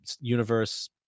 universe